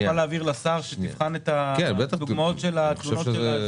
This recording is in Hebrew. נוכל להעביר לשר שיבחן את התלונות של האזרחים?